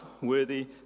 worthy